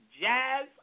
jazz